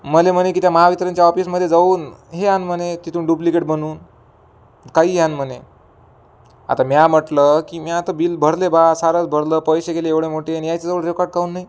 मला म्हणे की त्या महावितरणच्या ऑफिसमध्ये जाऊन हे आण म्हणे तिथून डूप्लिकेट बनवून काहीही आण म्हणे आता म्या म्हटलं की म्या तर बिल भरले आहे ब्वा सारंच भरलं पैसे गेले एवढे मोठे आणि याहिच्याजवळ रेकॉर्ड काहून नाही